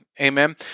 Amen